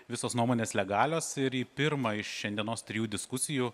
visos nuomonės legalios ir į pirmąjį šiandienos trijų diskusijų